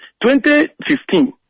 2015